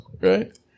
right